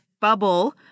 bubble